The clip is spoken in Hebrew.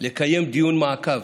לקיים דיון מעקב,